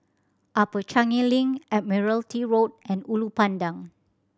Upper Changi Link Admiralty Road and Ulu Pandan